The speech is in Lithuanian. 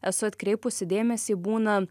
esu atkreipusi dėmesį būna